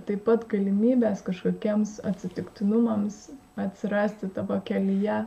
taip pat galimybės kažkokiems atsitiktinumams atsirasti tavo kelyje